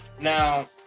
now